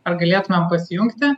ar galėtumėm pasijungti